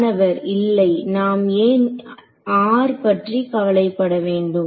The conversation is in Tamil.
மாணவர் இல்லை நாம் ஏன் r பற்றி கவலைப்பட வேண்டும்